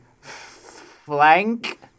flank